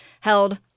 held